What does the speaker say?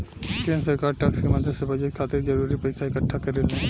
केंद्र सरकार टैक्स के मदद से बजट खातिर जरूरी पइसा इक्कठा करेले